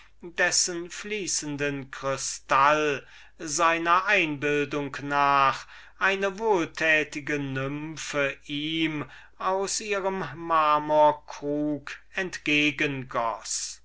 dessen fließenden kristall seiner einbildung nach eine wohltätige nymphe seinen durst zu stillen aus ihrem marmorkrug entgegen